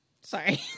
Sorry